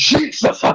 Jesus